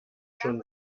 schon